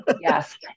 yes